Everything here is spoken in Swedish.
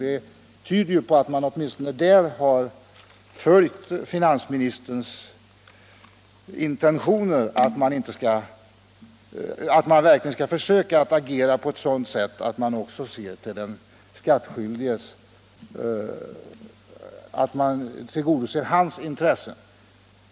Det tyder ju på att man åtminstone där har följt finansministerns intentioner att man verkligen skall försöka agera på ett sådant sätt att man tillgodoser även den skattskyldiges intressen.